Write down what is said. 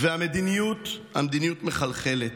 המדיניות, המדיניות מחלחלת.